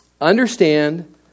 Understand